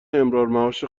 امرارمعاش